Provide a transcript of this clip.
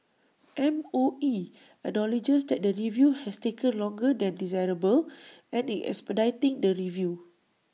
M O E acknowledges that the review has taken longer than desirable and is expediting the review